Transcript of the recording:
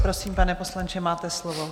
Prosím, pane poslanče, máte slovo.